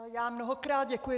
Já mnohokrát děkuji.